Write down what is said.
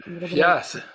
yes